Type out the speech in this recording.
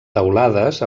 teulades